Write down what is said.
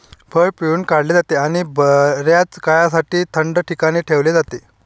फळ पिळून काढले जाते आणि बर्याच काळासाठी थंड ठिकाणी ठेवले जाते